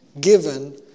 given